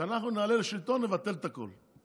כשאנחנו נעלה לשלטון נבטל את הכול.